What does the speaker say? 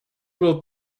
will